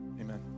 amen